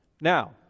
Now